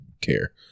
care